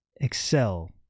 excel